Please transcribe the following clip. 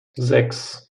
sechs